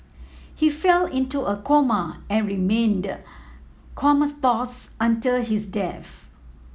he fell into a coma and remained comatose until his death